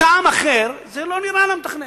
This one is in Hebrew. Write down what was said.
בטעם אחר, זה לא נראה למתכנן.